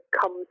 comes